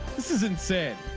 this is insane.